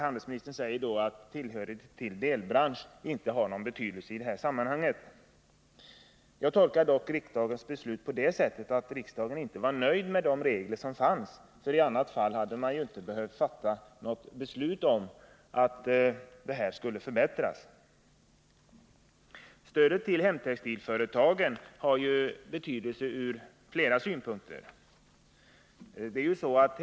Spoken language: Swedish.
Handelsministern säger att tillhörighet till delbransch inte har någon betydelse i detta sammanhang. Jag tolkar dock riksdagens beslut på det sättet att riksdagen inte var nöjd med de regler som fanns. I annat fall hade man inte behövt fatta något beslut om en förbättring. Stödet till hemtextilföretagen har ju betydelse på flera sätt.